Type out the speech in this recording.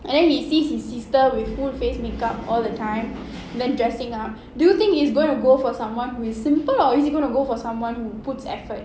and then he sees his sister with full face makeup all the time then dressing up do you think he is going to go for someone who is simple or is he going to go for someone who puts effort